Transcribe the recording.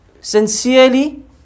sincerely